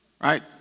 right